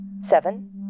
Seven